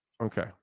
Okay